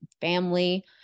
family